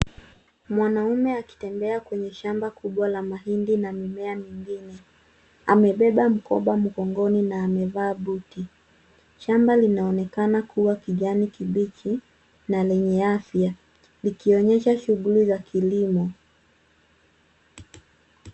Mwanaume akitembea kwenye shamba kubwa la mahindi na mimea mingine. Amebeba mkoba mgongoni na amevaa buti. Shamba linaonekana kuwa kijani kibichi na lenye afya likionyesha shughuli ya kilimo.